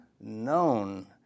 known